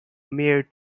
mare